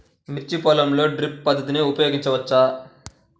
మిర్చి పొలంలో డ్రిప్ పద్ధతిని ఉపయోగించవచ్చా?